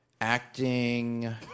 acting